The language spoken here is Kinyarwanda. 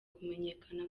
kumenyekana